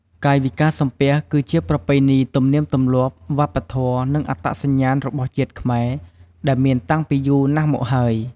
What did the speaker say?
កាយវិការសំពះ គីជាប្រពៃណី ទំនៀមទម្លាប់ វប្បធម៌ និងអត្តសញ្ញាណរបស់ជាតិខ្មែរ ដែលមានតាំងពីយូរណាស់មកហើយ។